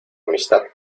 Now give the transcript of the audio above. amistad